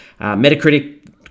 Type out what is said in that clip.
Metacritic